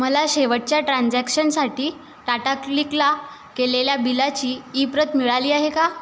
मला शेवटच्या ट्रान्झॅक्शनसाठी टाटाक्लिकला केलेल्या बिलाची ईप्रत मिळाली आहे का